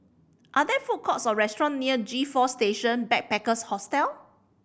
are there food courts or restaurant near G Four Station Backpackers Hostel